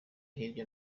hirya